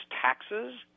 taxes